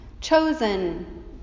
Chosen